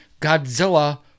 Godzilla